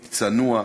צנוע,